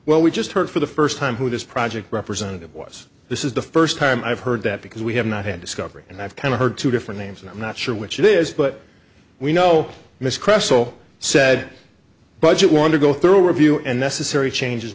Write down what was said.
well we just heard for the first time who this project representative was this is the first time i've heard that because we have not had discovery and i've kind of heard two different names and i'm not sure which it is but we know miss queso said budget want to go through a review and necessary changes